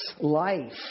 life